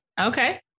Okay